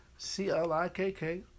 C-L-I-K-K